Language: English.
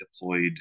deployed